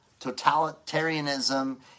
totalitarianism